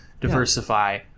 diversify